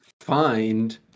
Find